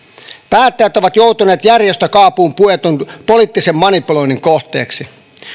päättäjät ovat joutuneet järjestökaapuun puetun poliittisen manipuloinnin kohteiksi